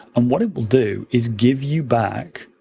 um what it will do is give you back